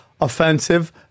offensive